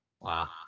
wow